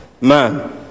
Man